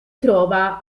trova